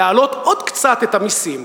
להעלות עוד קצת את המסים,